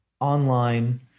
online